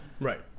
Right